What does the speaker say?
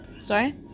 Sorry